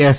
S